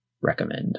recommend